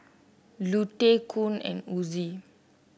Lute Con and Ozie